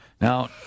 Now